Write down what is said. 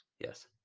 Yes